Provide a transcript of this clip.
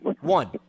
One